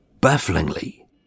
Bafflingly